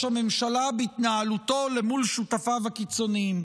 הממשלה בהתנהלותו למול שותפיו הקיצוניים.